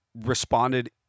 responded